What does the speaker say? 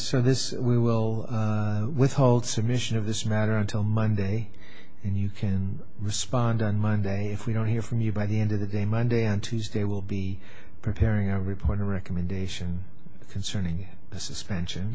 this we will withhold submission of this matter until monday and you can respond on monday if we don't hear from you by the end of the day monday and tuesday will be preparing a report a recommendation concerning a suspension